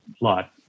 lot